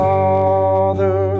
Father